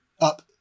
up